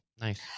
Nice